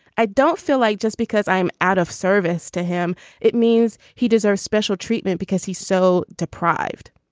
i don't feel like just because i'm out of service to him it means he does our special treatment because he's so deprived.